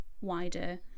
wider